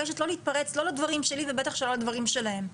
לא לדברים שלי ובטח שלא לדברים שלהם.